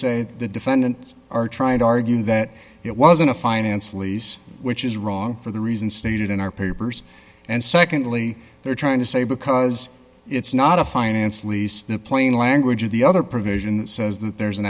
say the defendant are trying to argue that it wasn't a finance lease which is wrong for the reason stated in our papers and secondly they're trying to say because it's not a finance lease the plain language of the other provision that says that there's an